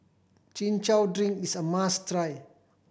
Chin Chow drink is a must try